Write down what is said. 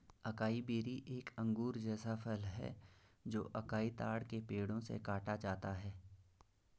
acai berry एक अंगूर जैसा फल है जो अकाई ताड़ के पेड़ों से काटा जाता है